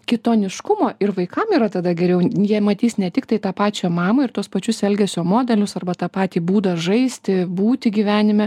kitoniškumo ir vaikam yra tada geriau jie matys ne tik tai tą pačią mamą ir tuos pačius elgesio modelius arba tą patį būdą žaisti būti gyvenime